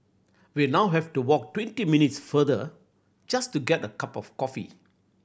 we now have to walk twenty minutes farther just to get a cup of coffee